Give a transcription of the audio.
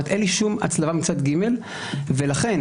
זאת אומרת,